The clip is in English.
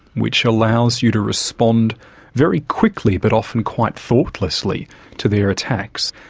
which allows you to respond very quickly but often quite thoughtlessly to their attacks.